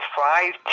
five